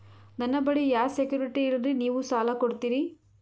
ನನ್ನ ಬಳಿ ಯಾ ಸೆಕ್ಯುರಿಟಿ ಇಲ್ರಿ ನೀವು ಸಾಲ ಕೊಡ್ತೀರಿ?